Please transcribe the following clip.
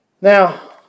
Now